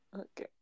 Okay